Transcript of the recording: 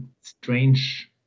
strange